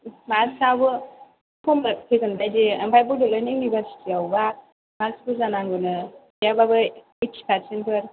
मार्क्सआबो खमसो फैगोन बायदि ओमफ्राय बड'लेन्ड इउनिभारसिटिआवबा मार्क्स बुरजा नांगौनो गैयाब्लाबो ओइटि पारसेन्टफोर